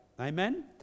Amen